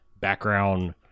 background